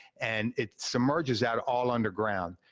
and it submerges that all underground.